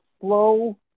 slow